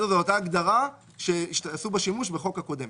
זה אותה הגדרה שעשו בה שימוש בחוק הקודם.